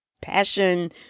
passion